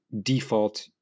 default